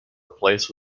replaced